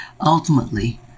Ultimately